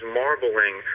marbling